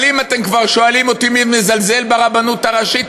אבל אם אתם כבר שואלים אותי מי מזלזל ברבנות הראשית,